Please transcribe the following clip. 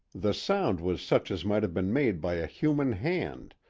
the sound was such as might have been made by a human hand,